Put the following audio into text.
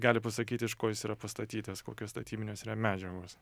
gali pasakyt iš ko jis yra pastatytas kokios statybinės medžiagos